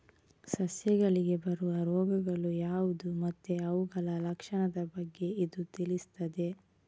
ಸಸ್ಯಗಳಿಗೆ ಬರುವ ರೋಗಗಳು ಯಾವ್ದು ಮತ್ತೆ ಅವುಗಳ ಲಕ್ಷಣದ ಬಗ್ಗೆ ಇದು ತಿಳಿಸ್ತದೆ